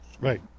Right